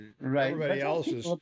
Right